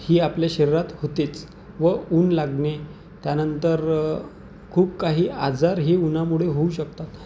ही आपल्या शरीरात होतेच व ऊन लागणे त्यानंतर खूप काही आजार हे ऊन्हामुळे होऊ शकतात